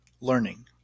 Learning